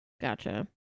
Gotcha